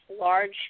large